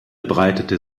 breitete